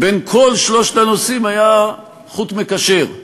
בין כל שלושת הנושאים היה חוט מקשר: